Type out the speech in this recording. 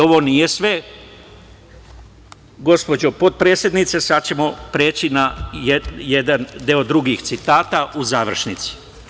Ovo nije sve, gospođo potpredsednice, sada ćemo preći na jedan deo drugih citata u završnici.